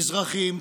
מזרחים,